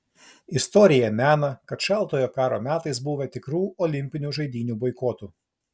istorija mena kad šaltojo karo metais buvę tikrų olimpinių žaidynių boikotų